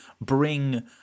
bring